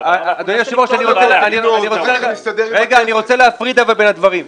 אני רוצה להפריד בין הדברים.